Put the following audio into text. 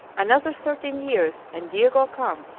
another thirteen years and diego cam,